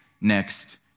next